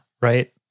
right